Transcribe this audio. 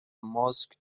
ماسک